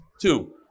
two